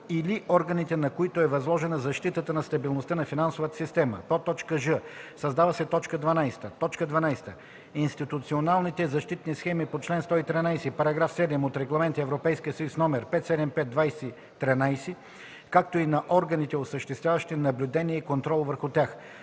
или органите, на които е възложена защитата на стабилността на финансовата система;” ж) създава се т. 12: „12. институционалните защитни схеми по член 113, параграф 7 от Регламент (ЕС) № 575/2013, както и на органите, осъществяващи наблюдение и контрол върху тях;”